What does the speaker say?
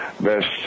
best